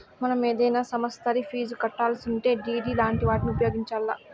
మనం ఏదైనా సమస్తరి ఫీజు కట్టాలిసుంటే డిడి లాంటి వాటిని ఉపయోగించాల్ల